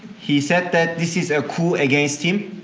he said that this is a coup against him.